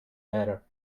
better